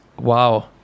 wow